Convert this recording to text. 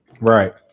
Right